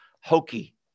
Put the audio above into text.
hokey